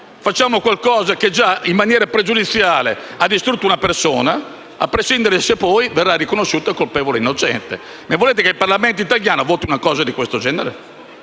facciamo qualcosa che già in maniera pregiudiziale ha distrutto una persona, a prescindere dal fatto se poi verrà riconosciuta colpevole o innocente. Volete che il Parlamento italiano voti una disposizione del genere?